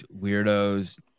weirdos